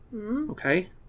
Okay